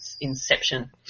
Inception